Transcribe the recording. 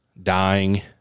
Dying